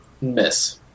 Miss